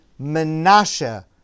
Menasha